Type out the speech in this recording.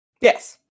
Yes